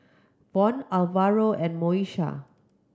Von Alvaro and Moesha